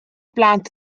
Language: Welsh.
blant